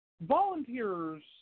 Volunteers